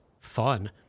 fun